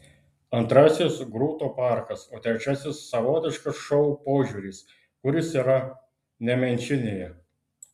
antrasis grūto parkas o trečiasis savotiškas šou požiūris kuris yra nemenčinėje